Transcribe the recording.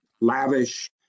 lavish